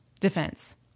Defense